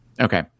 Okay